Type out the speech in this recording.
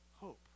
hope